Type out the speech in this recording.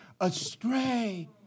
astray